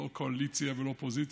לא קואליציה ולא אופוזיציה,